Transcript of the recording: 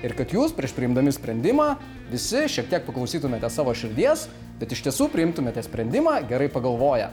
ir kad jūs prieš priimdami sprendimą visi šiek tiek paklausytumėte savo širdies bet iš tiesų priimtumėte sprendimą gerai pagalvoję